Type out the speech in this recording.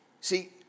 See